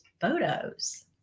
photos